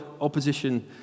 opposition